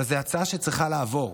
אבל זאת הצעה שצריכה לעבור.